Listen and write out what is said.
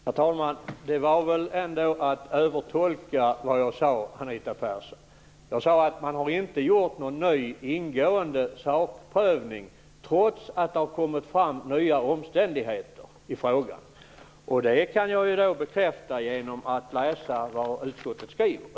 Herr talman! Det är väl ändå att övertolka vad jag sade, Anita Persson. Jag sade att man inte hade gjort någon ny ingående sakprövning, trots att det har kommit fram nya omständigheter i frågan. Det kan jag bekräfta genom att läsa vad utskottet skriver.